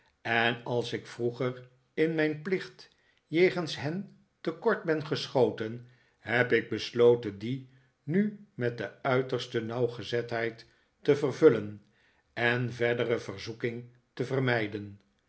en als ik vroeger in mijn plicht jegens hen te kort ben geschoten heb ik besloten dien nu met de uiterste nauwgezetheid te vervullen en verdere verzoeking te vermijden